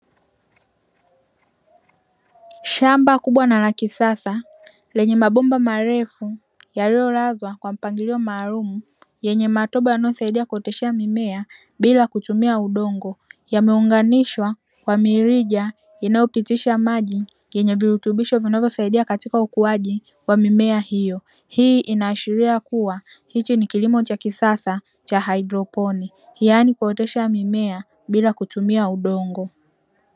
Shamba kubwa na la kisasa, lenye mabomba malefu, yaliyolazwa kwa mpangirio maalumu yenye matobo yanayosaidia kuotesha mimea bila kutumia udongo yameunganishwa kwa milija inayopitisha maji yenye vilutubisho vinavyosaidia katika ukuaji wa mimea hiyo, hii inaashilia kuwa hichi ni kilimo cha kisasa cha haydroponiki yaani kuotesha mimea bila kutumia udongo.